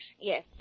Yes